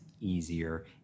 easier